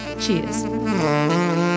Cheers